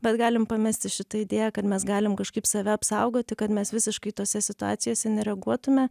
bet galim pamesti šitą idėją kad mes galim kažkaip save apsaugoti kad mes visiškai tose situacijose nereaguotume